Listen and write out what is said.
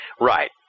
Right